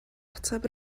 ateb